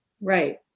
Right